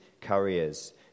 carriers